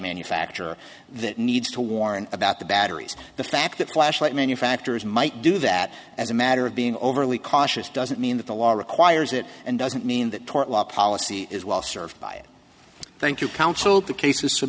manufacturer that needs to warn about the batteries the fact that flashlight manufacturers might do that as a matter of being overly cautious doesn't mean that the law requires it and doesn't mean that tort law policy is well served by it thank you counseled the cases